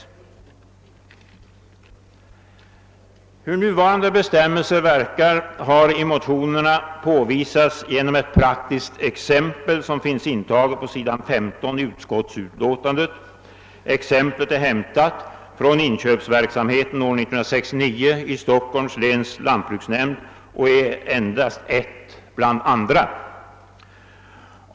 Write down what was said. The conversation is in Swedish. Hur nuvarande bestämmelser verkar har i motionerna påvisats genom ett praktiskt exempel som finns intaget på s. 15 i utskottsbetänkandet. Exemplet är hämtat från inköpsverksamheten år 1969 i Stockholms läns lantbruksnämnd och är ett av flera.